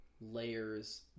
layers